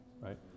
right